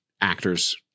actors